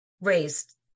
raised